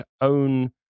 own